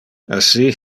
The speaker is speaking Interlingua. assi